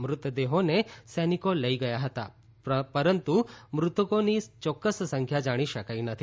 મૃતદેહોને સૈનિકો લઈ ગયા હતા પરંતુ મૃતકોની ચોક્કસ સંખ્યા જાણી શકાઈ નથી